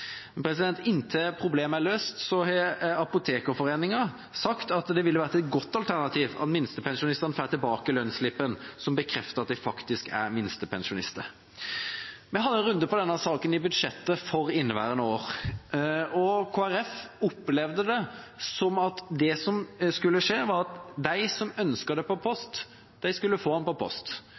Inntil problemet er løst, har Apotekforeningen sagt at det ville vært et godt alternativ at minstepensjonistene får tilbake lønnsslippen, som bekrefter at de faktisk er minstepensjonister. Vi hadde en runde om denne saken i forbindelse med budsjettet for inneværende år, og Kristelig Folkeparti opplevde det som at det som skulle skje, var at de som ønsket det per post, skulle få det per post.